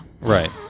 right